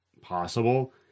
possible